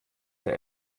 der